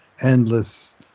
Endless